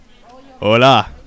Hola